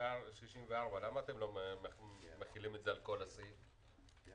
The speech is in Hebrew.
שקראנו את הכול --- אנחנו